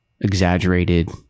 exaggerated